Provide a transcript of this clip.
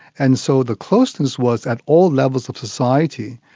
and so the closeness was at all levels of society,